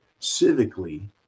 civically